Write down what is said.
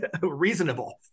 reasonable